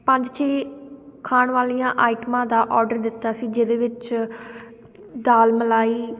ਪੰਜ ਛੇ ਖਾਣ ਵਾਲੀਆਂ ਆਈਟਮਾਂ ਦਾ ਔਡਰ ਦਿੱਤਾ ਸੀ ਜਿਹਦੇ ਵਿੱਚ ਦਾਲ ਮਲਾਈ